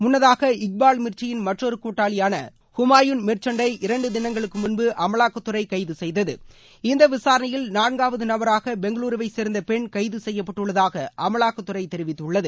முன்னதாக இக்பால் மிர்ச்சியின் மற்றொரு கூட்டாளியான ஹிமாயின் மெர்ச்சன்ட் ஐ இரண்டு தினங்களுக்கு முன்பு அமலாக்கத்துறை கைது செய்தது இந்த விசாரணையில் நான்காவது நபராக பெங்களுருவை சேர்ந்த பெண் கைது செய்யப்பட்டுள்ளதாக அமலாக்கத்துறை தெரிவித்துள்ளது